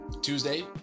Tuesday